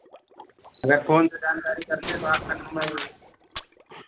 अगर फ़ोन से जानकारी करते तो आपका नम्बर